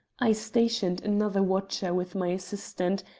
i stationed another watcher with my assistant,